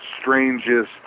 strangest